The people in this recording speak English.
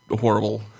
horrible